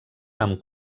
amb